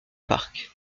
parc